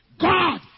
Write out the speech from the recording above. God